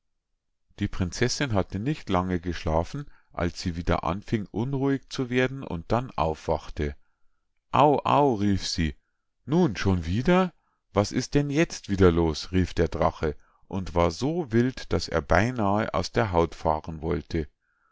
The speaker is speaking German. die prinzessinn hatte nicht lange geschlafen als sie wieder anfing unruhig zu werden und dann aufwachte au au rief sie nun schon wieder was ist denn jetzt wieder los rief der drache und war so wild daß er beinahe aus der haut fahren wollte